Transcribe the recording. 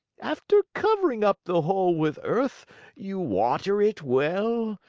after covering up the hole with earth you water it well,